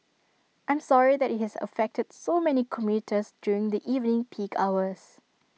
I'm sorry that IT has affected so many commuters during the evening peak hours